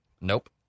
Nope